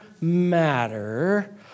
matter